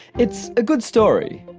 it's a good story,